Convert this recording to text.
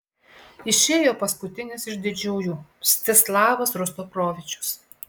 išėjo paskutinis iš didžiųjų mstislavas rostropovičius